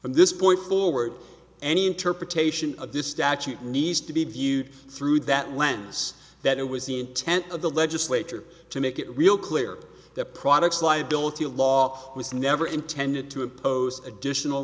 from this point forward any interpretation of this statute needs to be viewed through that lens that it was the intent of the legislature to make it real clear that products liability law was never intended to impose additional